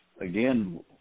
again